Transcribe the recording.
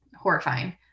horrifying